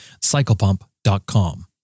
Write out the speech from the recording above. cyclepump.com